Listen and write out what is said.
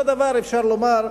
אותו דבר אפשר לומר,